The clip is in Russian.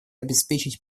обеспечить